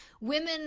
women